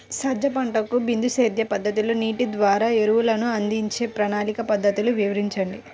సజ్జ పంటకు బిందు సేద్య పద్ధతిలో నీటి ద్వారా ఎరువులను అందించే ప్రణాళిక పద్ధతులు వివరించండి?